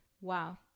Wow